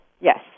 Yes